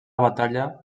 batalla